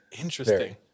interesting